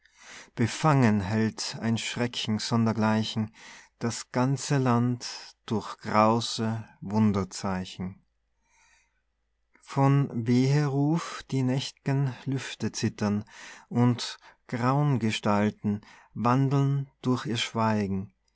befangen hält ein schrecken sonder gleichen das ganze land durch grause wunderzeichen von weheruf die nächt'gen lüfte zittern und graungestalten wandeln durch ihr schweigen